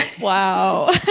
Wow